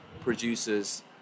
producers